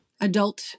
adult